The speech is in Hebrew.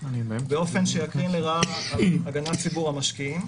באופן שיקרין לרעה על הגנת ציבור המשקיעים.